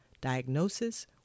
diagnosis